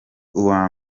ubwa